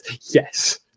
yes